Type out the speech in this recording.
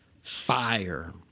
Fire